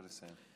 נא לסיים.